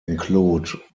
include